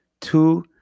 two